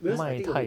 because I think okay